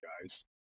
guys